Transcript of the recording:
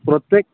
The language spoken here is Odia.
ପ୍ରତ୍ୟେକ